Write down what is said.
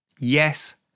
yes